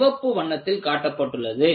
சிவப்பு வண்ணத்தில் காட்டப்பட்டுள்ளது